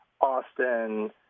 Austin